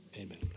Amen